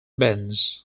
bends